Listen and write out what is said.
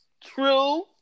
True